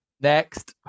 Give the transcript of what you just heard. Next